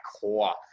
core